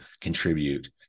contribute